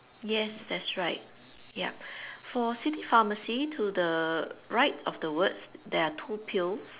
yes that's right yup for city pharmacy to the right of the words there are two pills